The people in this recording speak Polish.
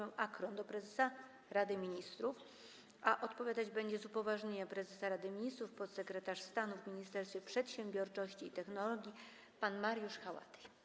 Pytanie jest skierowane do prezesa Rady Ministrów, a odpowiadać będzie z upoważnienia prezesa Rady Ministrów podsekretarz stanu w Ministerstwie Przedsiębiorczości i Technologii pan Mariusz Haładyj.